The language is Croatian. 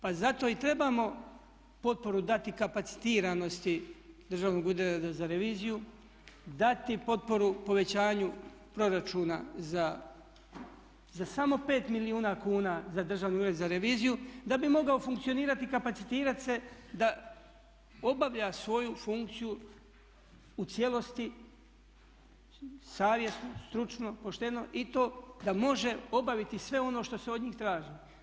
Pa zato i trebamo potporu dati kapacitiranosti Državnog ureda za reviziju, dati potporu povećanju proračuna za samo 5 milijuna kuna za Državni ured za reviziju da bi mogao funkcionirati i kapacitirati se da obavlja svoju funkciju u cijelosti savjesno, stručno, pošteno i to da može obaviti sve ono što se od njih traži.